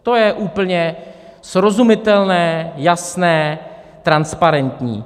To je úplně srozumitelné, jasné, transparentní.